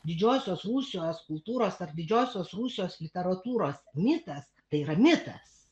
didžiosios rusijos kultūros ar didžiosios rusijos literatūros mitas tai yra mitas